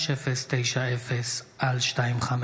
פ/5090/25: